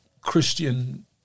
Christian